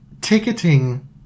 ticketing